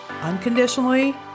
Unconditionally